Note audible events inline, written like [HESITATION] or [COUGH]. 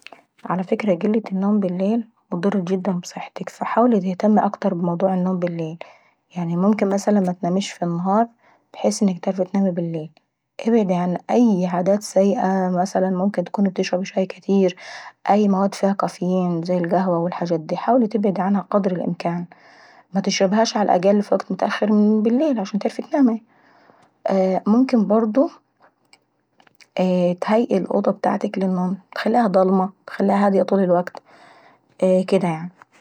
ع فكرة قلة النوم بالليل هتضر جدا بصحتك. حاولي تهتمي اكتر بموضوع النوم بالليل، يعني ممكن مثلا متناميش ف النهار بحيث انك تيعرفي اتنامي بالليل. ابعدي عن أي عادات سيئة ممكن تكوني بتشربي شاي كاتير او أي مواد فيها كافيين زي القهوة والحاجات داي. حاولي تبعدي عنها قدر الامكان. متشربيهاش ع الاجل بالليل عان تيعيرفي اتناماي. [HESITATION] منكن برضو ايييه اتهيئي الاوضة ابتاعتك للنوم خليها ضلمة طول الوكت، ايييه اكديه يعناي.